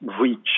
reach